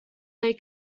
they